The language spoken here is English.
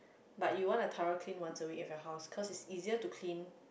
but you want a tougher clean once a week in your house cause it's easier to clean